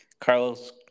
carlos